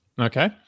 Okay